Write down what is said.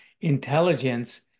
intelligence